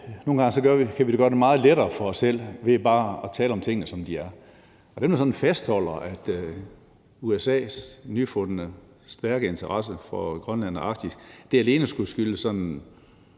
Nogle gange kan vi gøre det meget lettere for os selv ved bare at tale om tingene, som de er. Og dem, der fastholder, at USA's nyfundne stærke interesse for Grønland og Arktis alene skulle skyldes